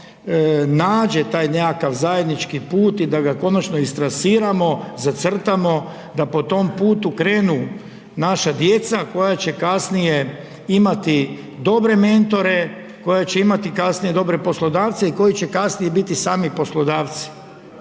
nađe taj nekakav zajednički put i da konačno istrasiramo, zacrtamo da po tom putu krenu naša djeca koja će kasnije imati dobre mentore, koja će imati kasnije dobre poslodavce i koji će kasnije biti i sami poslodavci.